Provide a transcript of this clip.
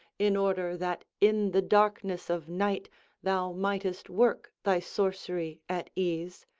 in order that in the darkness of night thou mightest work thy sorcery at ease,